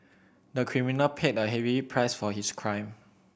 the criminal paid a heavy price for his crime